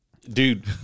dude